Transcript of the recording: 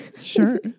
Sure